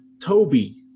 Toby